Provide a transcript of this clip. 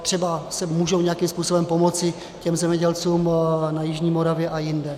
Třeba můžou nějakým způsobem pomoci zemědělcům na jižní Moravě a jinde.